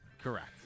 Correct